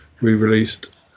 re-released